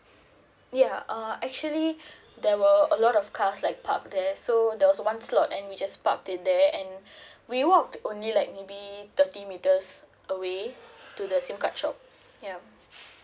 ya uh actually there were a lot of cars like parked there so there was one slot and we just parked it there and we walked only like maybe thirty meters away to the SIM shop ya